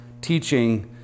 teaching